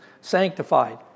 sanctified